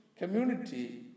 Community